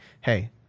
Hey